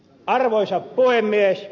arvoisa puhemies